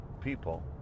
people